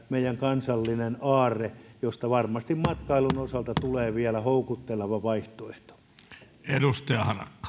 meidän kansallisen aarteen näivettyä mutta josta varmasti matkailun osalta tulee vielä houkutteleva vaihtoehto